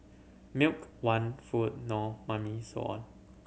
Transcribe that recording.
milk want food no mummy so on